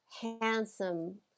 handsome